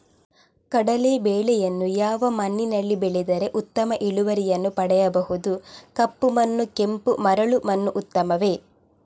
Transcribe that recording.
ಕಡಲೇ ಬೆಳೆಯನ್ನು ಯಾವ ಮಣ್ಣಿನಲ್ಲಿ ಬೆಳೆದರೆ ಉತ್ತಮ ಇಳುವರಿಯನ್ನು ಪಡೆಯಬಹುದು? ಕಪ್ಪು ಮಣ್ಣು ಕೆಂಪು ಮರಳು ಮಣ್ಣು ಉತ್ತಮವೇ?